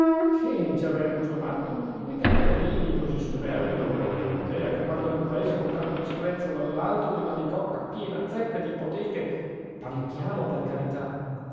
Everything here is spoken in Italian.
ci avrei un gusto matto quei gamberini così superbi della loro contea che guardano il paese con tanto disprezzo dall'alto di una bicocca piena zeppa d'ipoteche parli piano per carità